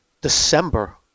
December